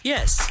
Yes